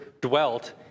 dwelt